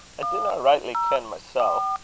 i dinna richtly ken mysel'.